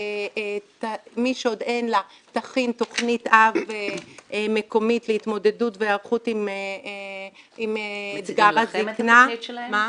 מי שעוד אין לה תכין תכנית אב מקומית להיערכות והתמודדות עם אתגר הזקנה.